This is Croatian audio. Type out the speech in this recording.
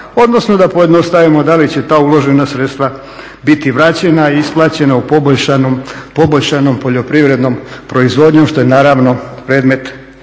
odnosno da pojednostavimo da li će ta uložena sredstva biti vraćena, isplaćena poboljšanom poljoprivrednom proizvodnjom što je naravno predmet